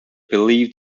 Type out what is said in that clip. believed